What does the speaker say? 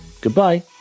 Goodbye